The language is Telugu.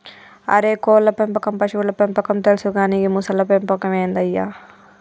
అరే కోళ్ళ పెంపకం పశువుల పెంపకం తెలుసు కానీ గీ మొసళ్ల పెంపకం ఏందయ్య